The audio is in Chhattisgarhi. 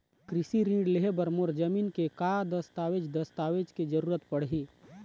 कृषि ऋण लेहे बर मोर जमीन के का दस्तावेज दस्तावेज के जरूरत पड़ही?